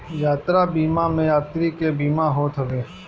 यात्रा बीमा में यात्री के बीमा होत हवे